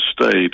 State